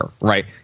right